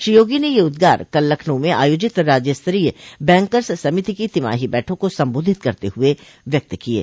श्री योगी ने यह उद्गार कल लखनऊ में आयोजित राज्य स्तरीय बैंकर्स समिति की तिमाही बैठक को सम्बोधित करते हुए व्यक्त किये